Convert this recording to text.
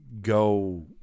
go